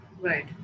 Right